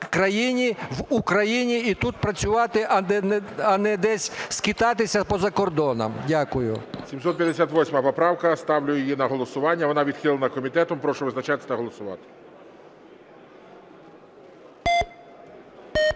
країні, в Україні, і тут працювати, а не десь скитатися по закордонах. Дякую. ГОЛОВУЮЧИЙ. 758 поправка. Ставлю її на голосування. Вона відхилена комітетом. Прошу визначатися та голосувати. 13:34:22